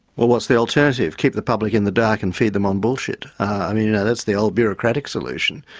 well what's the alternative? keep the public in the dark and feed them on bullshit? i mean you know, that's the old bureaucratic solution.